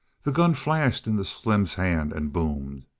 the gun flashed into slim's hand and boomed.